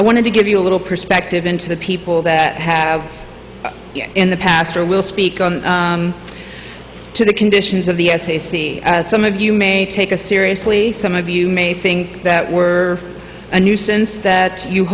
i wanted to give you a little perspective into the people that have in the past or will speak to the conditions of the essay see some of you may take a seriously some of you may think that we're a nuisance that you